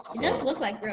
it just look like real